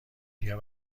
بیا